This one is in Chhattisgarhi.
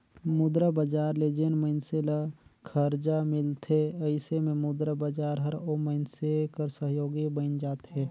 मुद्रा बजार ले जेन मइनसे ल खरजा मिलथे अइसे में मुद्रा बजार हर ओ मइनसे कर सहयोगी बइन जाथे